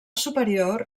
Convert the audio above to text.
superior